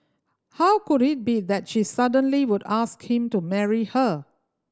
how could it be that she suddenly would ask him to marry her